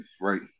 right